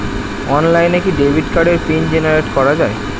অনলাইনে কি ডেবিট কার্ডের পিন জেনারেট করা যায়?